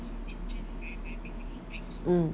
mm